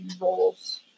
roles